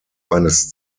eines